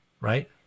right